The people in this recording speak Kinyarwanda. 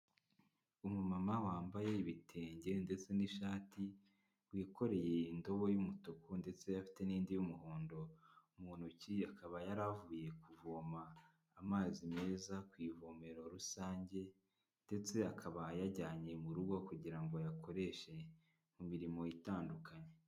Umumama wambaye ibitenge ndetse n'ishati, wikoreye indobo y'umutuku ndetse afite n'indi y'umuhondo mu ntoki, akaba yari avuye kuvoma amazi meza ku ivomero rusange ndetse akaba ayajyanye mu rugo kugira ngo akoreshe mu mirimo itandukanye.